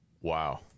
Wow